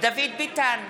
דוד ביטן,